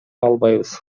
албайбыз